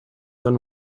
than